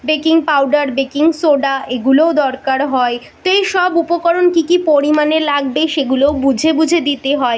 baking powder baking soda এগুলোও দরকার হয় তো এই সব উপকরণ কী কী পরিমাণে লাগবে সেগুলোও বুঝে বুঝে দিতে হয়